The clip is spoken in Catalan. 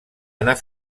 anar